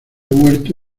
huerto